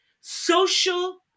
Social